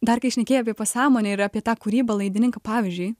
dar kai šnekėjai apie pasąmonę ir apie tą kūrybą laidininką pavyzdžiui